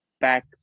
back